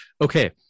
okay